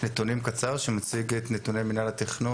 נתונים קצר שמציג את נתוני מינהל התכנון,